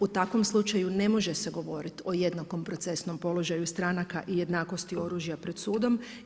U takvom slučaju ne može se govoriti o jednakom procesnom položaju stranaka i jednakosti oružja pred sudom.